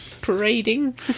Parading